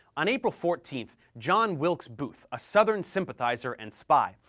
on april fourteenth john wilkes booth, a southern sympathizer and spy,